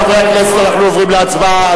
חברי הכנסת, אנחנו עוברים להצבעה.